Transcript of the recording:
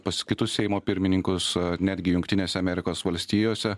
pas kitus seimo pirmininkus netgi jungtinėse amerikos valstijose